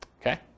Okay